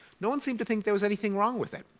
no one seemed to think there was anything wrong with it.